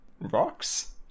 Rocks